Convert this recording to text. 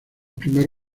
primeros